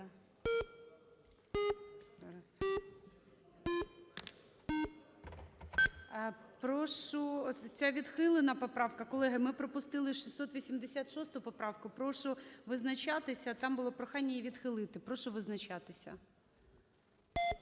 Прошу… Ця відхилена поправка. Колеги, ми пропустили 686-у поправку. Прошу визначатися. Там було прохання її відхилити. Прошу визначатися.